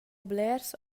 blers